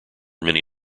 many